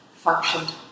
Functioned